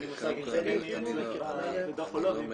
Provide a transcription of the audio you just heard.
אין לי מושג --- אז אני